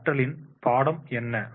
கற்றலின் பாடம் என்ன